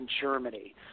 Germany